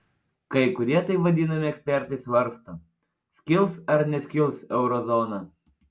kai kurie taip vadinami ekspertai svarsto skils ar neskils eurozona